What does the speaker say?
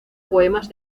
poemas